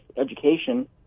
education